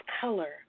color